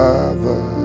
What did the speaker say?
Father